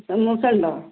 സമൂസ ഉണ്ടോ